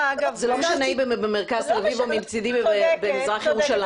זה לא משנה אם היא במרכז תל אביב או מצידי במזרח ירושלים.